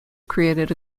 created